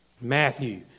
Matthew